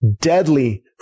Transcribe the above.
deadly